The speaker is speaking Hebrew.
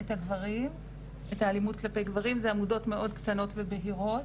את האלימות כלפי גברים אלה עמודות מאוד קטנות ובהירות.